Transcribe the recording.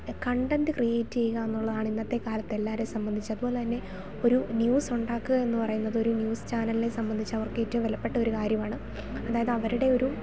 content create ചെയ്യുക എന്നുള്ളതാണ് ഇന്നത്തെ കാലത്ത് എല്ലാരെയും സംമ്പന്ധിച്ച് അതുപോലെ തന്നെ ഒരു ന്യൂസ്സൊണ്ടാക്കുക എന്ന് പറയുന്നത് ഒരു ന്യൂസ് ചാനൽനേ സംമ്പന്ധിച്ച് അവർക്ക് ഏറ്റോം വിലപ്പെട്ട ഒരു കാര്യമാണ് അതായത് അവരുടെ ഒരു